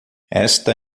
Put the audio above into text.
esta